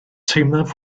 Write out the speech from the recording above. teimlaf